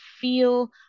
feel